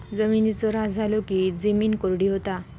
जिमिनीचो ऱ्हास झालो की जिमीन कोरडी होता